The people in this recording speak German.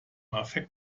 affekt